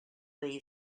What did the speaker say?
lay